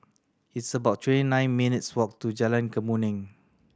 it's about twenty nine minutes' walk to Jalan Kemuning